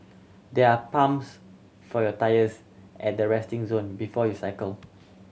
there are pumps for your tyres at the resting zone before you cycle